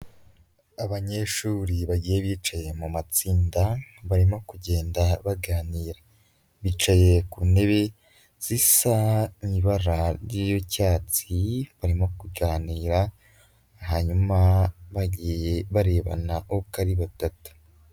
Abanyeshuri bagiye bicaye mu matsinda barimo kugenda baganira. Bicaye ku ntebe zisa mu ibara ry'icyatsi, barimo kuganira. Hanyuma bagiye barebana uko ari batatu.